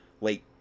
late